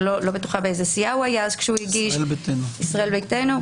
מישראל ביתנו,